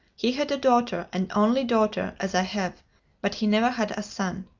he had a daughter, an only daughter, as i have but he never had a son.